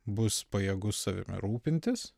bus pajėgus savim rūpintis